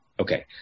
Okay